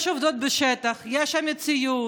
יש עובדות בשטח, יש מציאות,